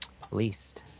policed